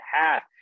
half